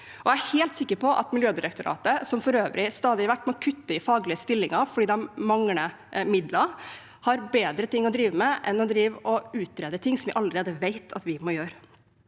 Jeg er helt sikker på at Miljødirektoratet, som for øvrig stadig vekk må kutte i faglige stillinger fordi de mangler midler, har bedre ting å drive med enn å utrede ting som vi allerede vet at vi må gjøre.